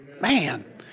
Man